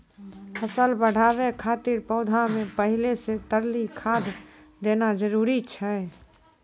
फसल बढ़ाबै खातिर पौधा मे पहिले से तरली खाद देना जरूरी छै?